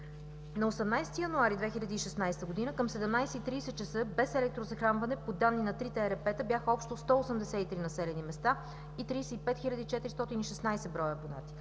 На 18 януари 2016 г. към 17,30 ч. без електрозахранване – по данни на трите ЕРП-та, бяха общо 183 населени места и 35 хил. 416 броя абонати.